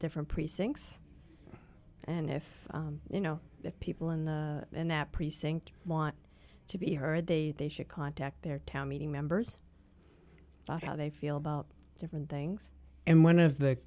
different precincts and if you know that people in that precinct want to be heard they they should contact their town meeting members about how they feel about different things and one of the